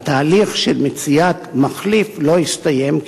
והתהליך של מציאת מחליף לא הסתיים.